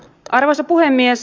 arvoisa puhemies